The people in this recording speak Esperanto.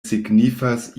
signifas